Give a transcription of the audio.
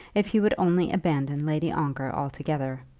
if he would only abandon lady ongar altogether.